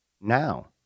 now